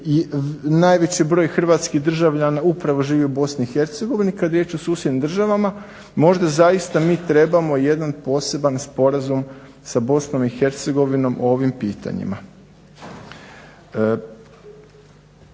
najveći broj hrvatskih državljana upravo živi Bosni i Hercegovini kada je riječ o susjednim državama, možda zaista mi trebamo jedan poseban sporazum sa Bosnom i